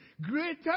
greater